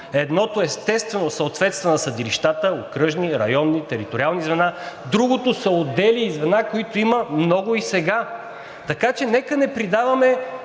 Едното, естествено, съответства на съдилищата – окръжни, районни, териториални звена. Другите са отдели и звена, които има много и сега. Така че нека не придаваме